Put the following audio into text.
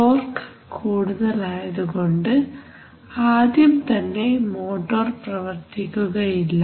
torque കൂടുതലായതുകൊണ്ട് ആദ്യം തന്നെ മോട്ടോർ പ്രവർത്തിക്കുകയില്ല